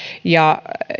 ja